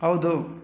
ಹೌದು